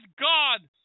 God